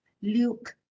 Luke